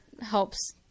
helps